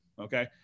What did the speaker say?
Okay